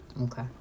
Okay